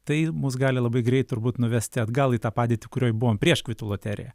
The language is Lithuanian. tai mus gali labai greit turbūt nuvesti atgal į tą padėtį kurioj buvom prieš kvitų loteriją